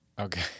Okay